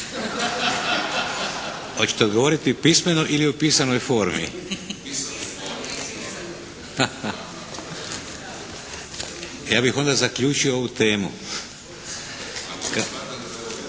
Hoćete odgovoriti pismeno ili u pisanoj formi? Ha, ha. Ja bih onda zaključio ovu temu.